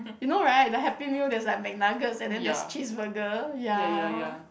you know right the Happy Meal there is like Mcnuggets and then there is cheese burger ya